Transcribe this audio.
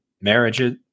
marriages